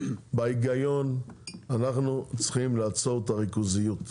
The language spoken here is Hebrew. לפי ההיגיון אנחנו צריכים לעצור את הריכוזיות.